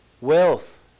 Wealth